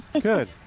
Good